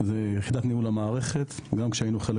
זו יחידת ניהול המערכת גם כשהיינו חלק